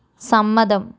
സമ്മതം